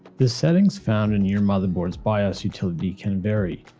the settings found in your motherboard's bios utility can vary.